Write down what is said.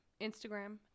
Instagram